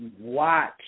watch